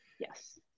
yes